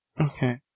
Okay